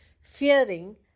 fearing